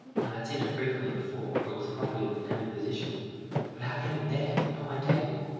and i had seen it frequently before, for it was the property of the family physician but how came it there, upon my table,